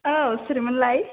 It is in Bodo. औ सोरमोनलाय